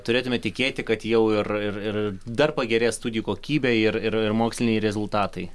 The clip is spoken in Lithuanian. turėtume tikėti kad jau ir ir ir dar pagerės studijų kokybė ir ir ir moksliniai rezultatai